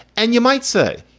and you might say,